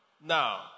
Now